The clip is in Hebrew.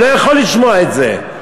הוא לא יכול לשמוע את זה?